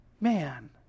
Man